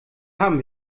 haben